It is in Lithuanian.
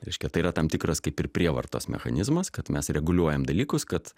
reiškia tai yra tam tikras kaip ir prievartos mechanizmas kad mes reguliuojam dalykus kad